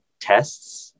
tests